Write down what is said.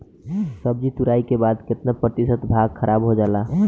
सब्जी तुराई के बाद केतना प्रतिशत भाग खराब हो जाला?